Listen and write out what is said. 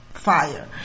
fire